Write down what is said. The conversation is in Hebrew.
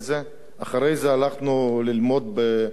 אחרי זה הלכנו ללמוד בישיבות